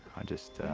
i just, ah,